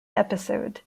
episode